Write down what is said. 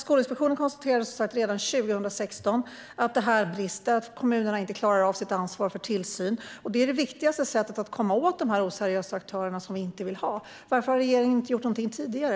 Skolinspektionen konstaterade redan 2016 att det brister och att kommunerna inte klarar av sitt ansvar för tillsyn. Det är det viktigaste sättet att komma åt de oseriösa aktörer som vi inte vill ha. Varför har regeringen inte gjort någonting tidigare?